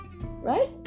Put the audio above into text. Right